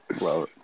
Wow